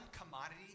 commodity